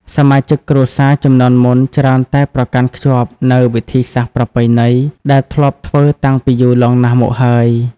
សមាជិកគ្រួសារជំនាន់មុនច្រើនតែប្រកាន់ខ្ជាប់នូវ វិធីសាស្ត្រប្រពៃណី ដែលធ្លាប់ធ្វើតាំងពីយូរលង់ណាស់មកហើយ។